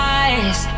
eyes